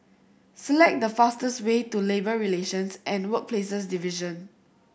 select the fastest way to Labour Relations and Workplaces Division